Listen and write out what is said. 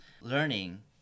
learning